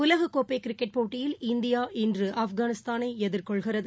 உலகக்கோப்பைகிரிக்கெட் போட்டியில் இந்தியா இன்றுஆப்கானிஸ்தானைஎதிர்கொள்கிறது